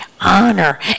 honor